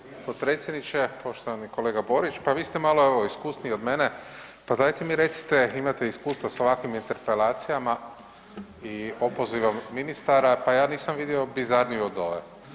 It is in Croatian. Poštovani potpredsjedniče, poštovani kolega Borić, pa vi ste malo evo iskusniji od mene pa dajte mi recite imate iskustva sa ovakvim interpelacijama i opozivom ministara, pa ja nisam vidio bizarniju od ove.